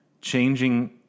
changing